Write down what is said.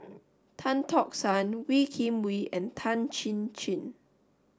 Tan Tock San Wee Kim Wee and Tan Chin Chin